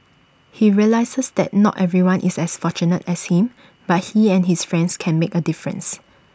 he realises that not everyone is as fortunate as him but he and his friends can make A difference